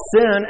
sin